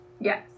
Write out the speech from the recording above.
Yes